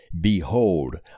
behold